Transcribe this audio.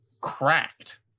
cracked